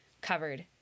covered